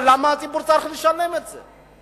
אבל למה הציבור צריך לשלם את זה?